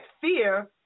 fear